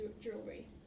jewelry